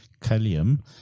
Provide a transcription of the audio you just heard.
calcium